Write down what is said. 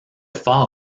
fort